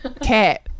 cat